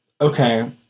Okay